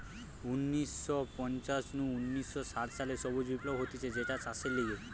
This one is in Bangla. উনিশ শ পঞ্চাশ নু উনিশ শ ষাট সালে সবুজ বিপ্লব হতিছে যেটা চাষের লিগে